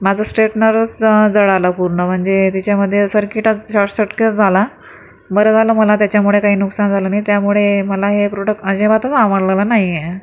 माझं स्ट्रेटनरच जळालं पूर्ण म्हणजे त्याच्यामध्ये सर्किटचं शॉर्टसकिट झाला बरं झालं मला त्याच्यामुडे काही नुकसान झालं नाही त्यामुळे मला हे प्रॉडक्ट अजिबातच आवडलेलं नाही आहे